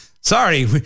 sorry